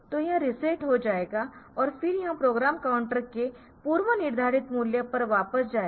तो यह रीसेट हो जाएगा और फिर यह प्रोग्राम काउंटर के पूर्वनिर्धारित मूल्य पर वापस जाएगा